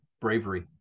bravery